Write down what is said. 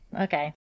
Okay